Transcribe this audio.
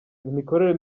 imikorere